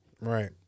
Right